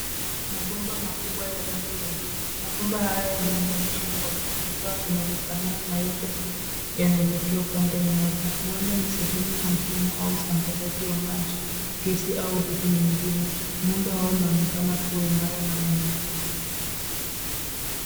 Mabomba makubwa ya rangi ya blue . Mabomba haya yameunganishwa kwa vifaa vinavyofana na yote yanaelekea upande moja. Huenda ni sehemu ya mfumo au usambazaji wa maji, kesi au ndoto nyengine. Muundo wao unaonekana kua imara na wenye nguvu.